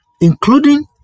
including